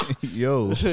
yo